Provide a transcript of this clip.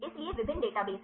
इसलिए विभिन्न डेटाबेस हैं